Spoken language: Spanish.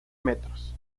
metros